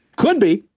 could be